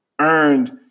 earned